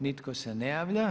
Nitko se ne javlja.